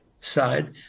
side